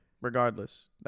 regardless